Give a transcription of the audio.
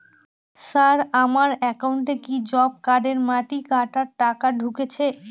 Sir আমার একাউন্টে কি জব কার্ডের মাটি কাটার টাকা ঢুকেছে?